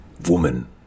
woman